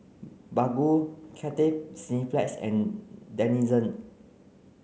Baggu Cathay Cineplex and Denizen